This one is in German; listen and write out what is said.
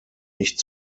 nicht